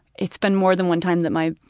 it's been more than one time that my